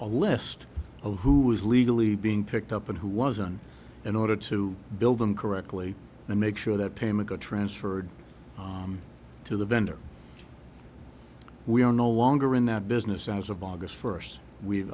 a list of who is legally being picked up and who wasn't in order to build them correctly and make sure that payment got transferred to the vendor we are no longer in that business as of august first we've